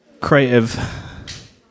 creative